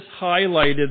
highlighted